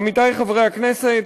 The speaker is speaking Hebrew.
עמיתי חברי הכנסת,